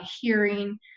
hearing